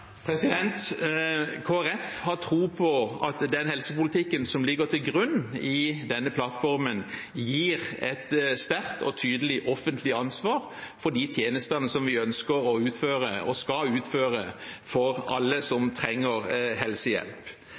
har tro på at den helsepolitikken som ligger til grunn i denne plattformen, gir et sterkt og tydelig offentlig ansvar for de tjenestene vi ønsker å utføre – og skal utføre – for alle som trenger helsehjelp.